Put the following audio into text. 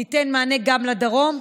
ניתן מענה גם לדרום,